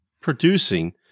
producing